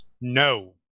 No